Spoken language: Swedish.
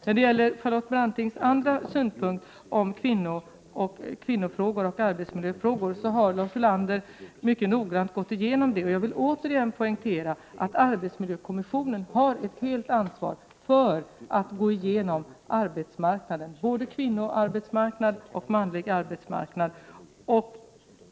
När det gäller Charlotte Brantings synpunkter om kvinnofrågor och arbetsmiljöfrågor har Lars Ulander mycket noggrant gått igenom det. Jag vill återigen poängtera att arbetsmiljökommissionen har ett ansvar för att gå igenom arbetsmarknaden, både arbetsmarknaden för kvinnor och arbetsmarknaden för män.